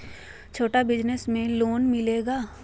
छोटा बिजनस में लोन मिलेगा?